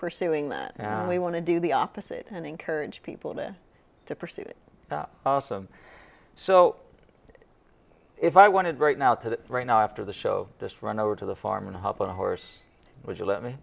pursuing that we want to do the opposite and encourage people to pursue it also so if i wanted right now to right now after the show just run over to the farm and hop on a horse would you let me